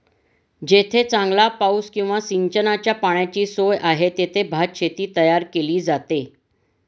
जेथे चांगला पाऊस किंवा सिंचनाच्या पाण्याची सोय आहे, तेथे भातशेती तयार केली जाते